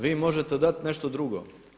Vi možete dati nešto drugo.